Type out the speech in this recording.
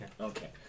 Okay